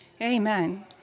Amen